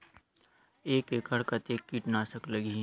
एक एकड़ कतेक किट नाशक लगही?